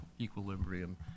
equilibrium